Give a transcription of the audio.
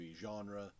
genre